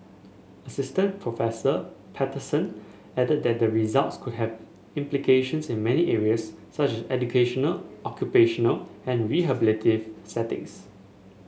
Assistant Prof Patterson added that the results could have implications in many areas such educational occupational and rehabilitative settings